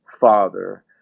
father